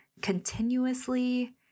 continuously